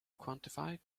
quantify